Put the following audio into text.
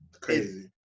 Crazy